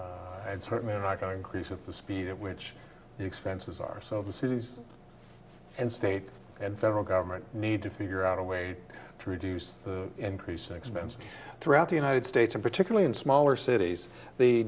and certainly not going crease at the speed at which the expenses are so the cities and state and federal government need to figure out a way to reduce the increase in expenses throughout the united states and particularly in smaller cities the